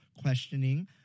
questioning